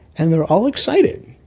and they're all excited.